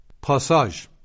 Passage